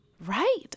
Right